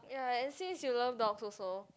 ya as since you love dog also